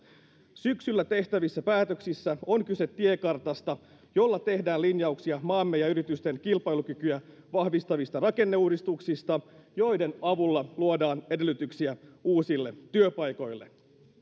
syksyllä tehtävissä päätöksissä on kyse tiekartasta jolla tehdään linjauksia maamme ja yritysten kilpailukykyä vahvistavista rakenneuudistuksista joiden avulla luodaan edellytyksiä uusille työpaikoille